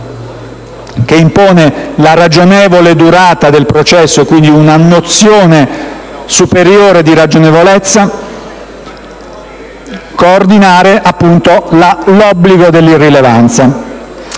che impone la ragionevole durata del processo, quindi una nozione superiore di ragionevolezza, coordinare l'obbligo dell'irrilevanza.